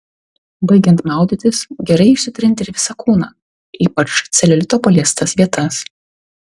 baigiant maudytis gerai išsitrinti ir visą kūną ypač celiulito paliestas vietas